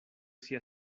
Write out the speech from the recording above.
sia